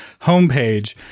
homepage